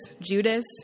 Judas